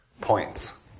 points